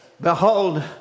Behold